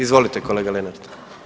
Izvolite kolega Lenart.